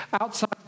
outside